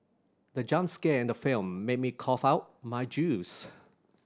the jump scare in the film made me cough out my juice